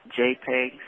JPEG